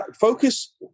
focus –